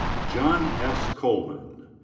john s. coleman.